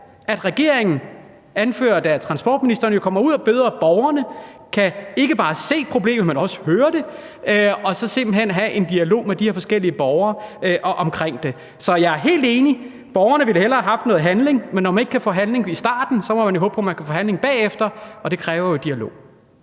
at regeringen anført af transportministeren kommer ud og møder borgerne, så han ikke bare kan se problemet, men også høre det, og så han simpelt hen får en dialog med de her forskellige borgere om det. Så jeg er helt enig: Borgerne ville hellere have haft noget handling, men når man ikke kan få handling i starten, må man jo håbe på, man kan få handling bagefter, og det kræver dialog.